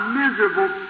miserable